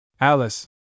Alice